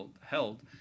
Held